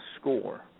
score